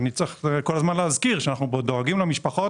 אני צריך כל הזמן להזכיר שאנחנו דואגים פה למשפחות